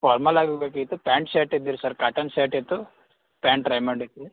formal ಆಗಿ ಇರಬೇಕಿತ್ತು pant shirt ಇದ್ದಿರ್ ಸರ್ ಕಾಟನ್ ಶರ್ಟ್ ಇತ್ತು ಪ್ಯಾಂಟ್ ಟ್ರೈ ಮಾಡಿದಿವಿ